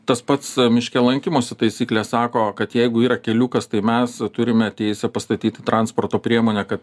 tas pats miške lankymosi taisyklės sako kad jeigu yra keliukas tai mes turime teisę pastatyti transporto priemonę kad